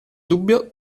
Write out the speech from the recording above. dubbio